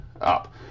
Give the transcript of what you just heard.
up